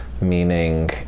meaning